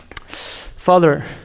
Father